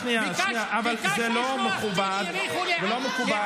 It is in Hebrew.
שנייה, שנייה, זה לא מכובד ולא מקובל.